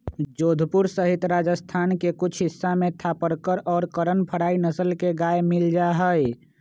जोधपुर सहित राजस्थान के कुछ हिस्सा में थापरकर और करन फ्राइ नस्ल के गाय मील जाहई